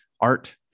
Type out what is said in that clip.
art